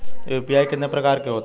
UPI कितने प्रकार की होती हैं?